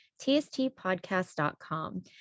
tstpodcast.com